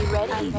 ready